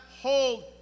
hold